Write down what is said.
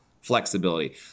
flexibility